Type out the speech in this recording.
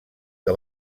que